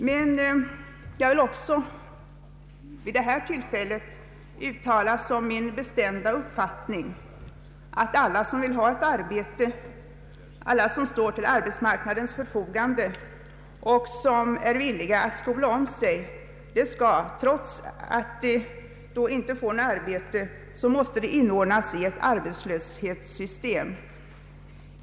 Men jag vill också vid det här tillfället uttala som min bestämda uppfattning att alla, som önskar arbete och står till arbetsmarknadens förfogande och är villiga att omskola sig, måste — om de trots allt detta inte får något arbete — inordnas i ett arbetslöshetssystem.